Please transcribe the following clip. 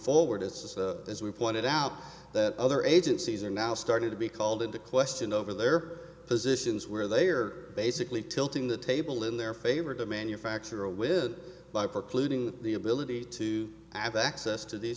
forward it's just as we pointed out that other agencies are now starting to be called into question over their positions where they are basically tilting the table in their favor to manufacture a widget by precluding the ability to have access to these